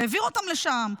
העביר אותם לשם,